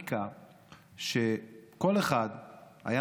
הוכחנו בהצבעה הזו דבר אחד שלאזרחי ישראל עדיין